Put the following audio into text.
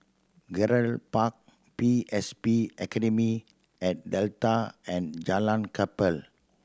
Gerald Park P S B Academy at Delta and Jalan Kapal